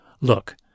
look